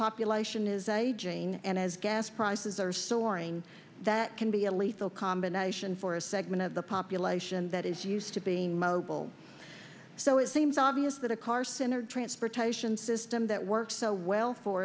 population is aging and as gas prices are soaring that can be a lethal combination for a segment of the population that is used to being mobile so it seems obvious that a car center transportation system that works so well for